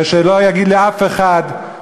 ושלא יגיד לי אף אחד,